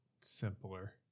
simpler